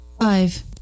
Five